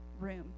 room